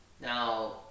Now